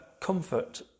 comfort